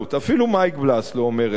אפילו מייק בלס לא אומר את זה,